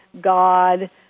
God